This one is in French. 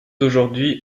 aujourd’hui